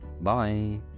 Bye